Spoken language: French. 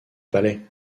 palais